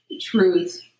truth